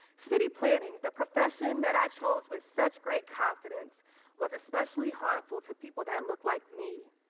city planning the profession that i chose with such great confidence was especially harmful to people that look like me,